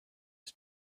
his